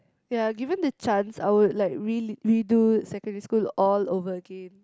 ya given the chance I will like really redo secondary school all over again